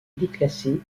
déclassé